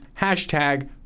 Hashtag